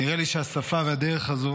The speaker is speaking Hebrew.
ונראה לי שהשפה והדרך הזו